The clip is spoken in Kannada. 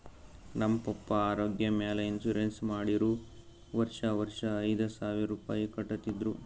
ನಮ್ ಪಪ್ಪಾ ಆರೋಗ್ಯ ಮ್ಯಾಲ ಇನ್ಸೂರೆನ್ಸ್ ಮಾಡಿರು ವರ್ಷಾ ವರ್ಷಾ ಐಯ್ದ ಸಾವಿರ್ ರುಪಾಯಿ ಕಟ್ಟತಿದ್ರು